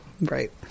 Right